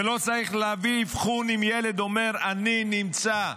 ולא צריך להביא אבחון אם ילד אומר: אני נמצא,